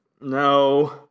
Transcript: no